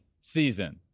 season